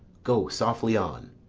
go softly on.